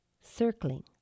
circling